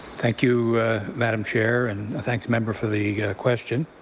thank you madam chair and i thank the member for the question.